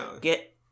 get